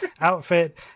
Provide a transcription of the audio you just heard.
outfit